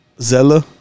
Zella